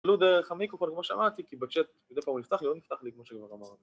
תלו דרך המיקרופון כמו ששמעתי כי בצ'ט כדי פעם הוא נפתח לי הוא לא נפתח לי כמו שכבר אמרנו